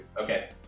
Okay